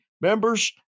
members